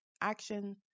action